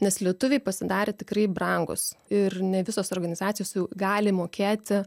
nes lietuviai pasidarė tikrai brangūs ir ne visos organizacijos jau gali mokėti